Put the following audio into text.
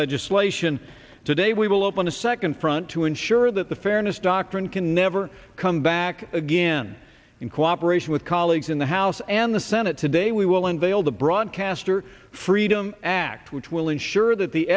legislation today we will open a second front to ensure that the fairness doctrine can never come back again in cooperation with colleagues in the house and the senate today we will unveil the broadcaster freedom act which will ensure that the